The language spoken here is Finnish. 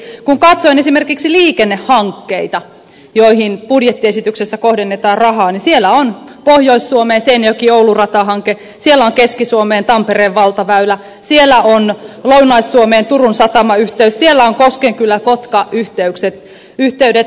kun katsoin esimerkiksi liikennehankkeita joihin budjettiesityksessä kohdennetaan rahaa siellä on pohjois suomeen seinäjokioulu ratahanke siellä on keski suomeen tampereen valtaväylä siellä on lounais suomeen turun satamayhteys siellä on koskenkyläkotka yhteydet